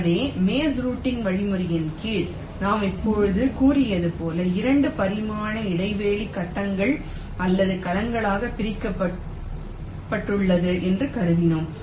எனவே maze routing வழிமுறையின் கீழ் நான் இப்போது கூறியது போல் 2 பரிமாண இடைவெளி கட்டங்கள் அல்லது கலங்களாக பிரிக்கப்பட்டுள்ளது என்று கருதுகிறோம்